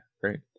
great